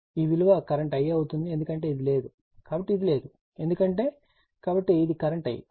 ఈ విలువ current I అవుతుంది ఎందుకంటే ఇది లేదు కాబట్టి ఇది లేదు ఎందుకంటే కాబట్టి ఇది కరెంట్ I